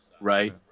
right